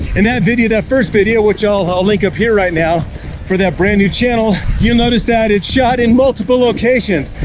in that video, that first video, which i'll i'll link up here right now for that brand new channel, you'll notice that it's shot in multiple locations.